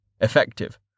effective